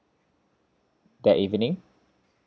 that evening